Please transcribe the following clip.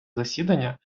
засідання